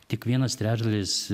tik vienas trečdalis